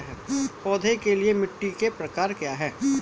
पौधों के लिए मिट्टी के प्रकार क्या हैं?